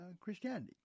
Christianity